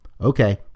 Okay